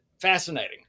fascinating